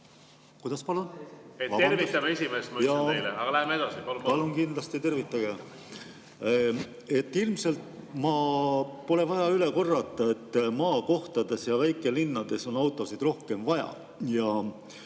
edasi. Tervitame esimeest, ütlesin teile, aga läheme edasi. Palun kindlasti tervitage. Ilmselt pole vaja üle korrata, et maakohtades ja väikelinnades on autosid rohkem vaja.